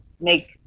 make